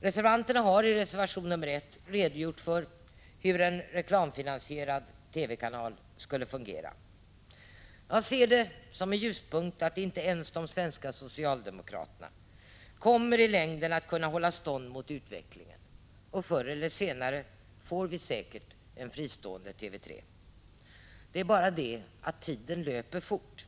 Reservanterna har i reservation nr 1 redogjort för hur en reklamfinansierad TV-kanal skulle fungera. Jag ser det som en ljuspunkt att inte ens de svenska socialdemokraterna i längden kommer att kunna hålla stånd mot utvecklingen och förr eller senare får vi säkert en fristående TV 3. Det är bara det att tiden löper fort.